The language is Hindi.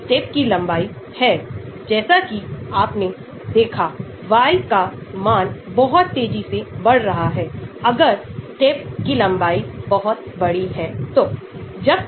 तो एक अलग संरचनात्मक वर्गों के लिए भी दिलचस्प रूप से अनुकूलतम log p जो यहां दिया गया है अनुकूलतम log p यहां दिया गया प्रतीत होता है 23